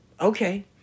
okay